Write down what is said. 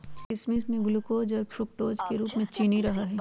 किशमिश में ग्लूकोज और फ्रुक्टोज के रूप में चीनी रहा हई